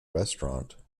restaurant